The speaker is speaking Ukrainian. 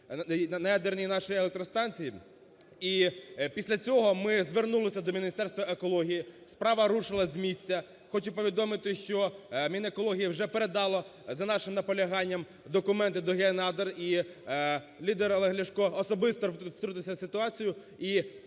ядерні наші електростанції. І після цього ми звернулися до Міністерства екології, справа зрушилась з місця. Хочу повідомити, що Мінекології вже передало, за нашим наполяганням, документи до Геонадр. І лідер Олег Ляшко особисто втрутився в ситуацію.